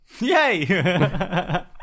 yay